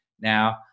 Now